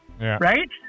right